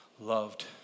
loved